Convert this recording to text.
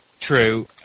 True